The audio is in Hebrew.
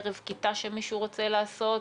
ערב כיתה שמישהו רוצה לעשות,